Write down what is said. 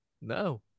No